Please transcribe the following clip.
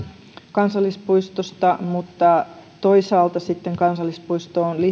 kansallispuistosta mutta toisaalta sitten kansallispuistoon